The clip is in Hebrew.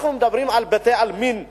אנחנו מדברים על בתי-עלמין בלבד.